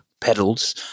pedals